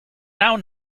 now